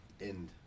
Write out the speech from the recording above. end